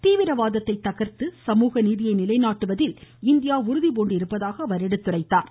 தீவிரவாதத்தை தகர்த்து சமுகநீதியை நிலையாட்டுவதில் இந்தியா உறுதிபூண்டிருப்பதாக அவர் சுட்டிக்காட்டினார்